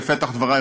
בפתח דברי,